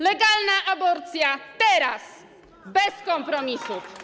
Legalna aborcja - teraz, bez kompromisów.